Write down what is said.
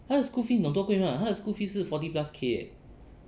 他的 school fees 你懂多贵吗他的 school fees 是 forty plus K eh